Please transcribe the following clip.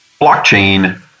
blockchain